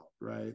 right